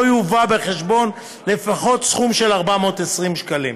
לא יובא בחשבון לפחות סכום של 420 שקלים.